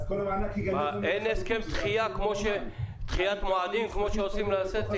אז כל המענק --- אין הסכם דחיית מועדים כמו שעושים ---?